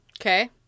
Okay